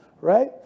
right